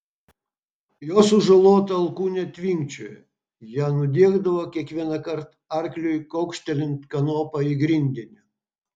jo sužalota alkūnė tvinkčiojo ją nudiegdavo kiekvienąkart arkliui kaukštelint kanopa į grindinį